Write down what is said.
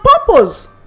purpose